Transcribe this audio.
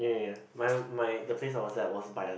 ya ya ya my my the place I was at was by a